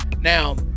Now